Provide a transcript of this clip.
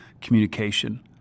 communication